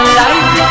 life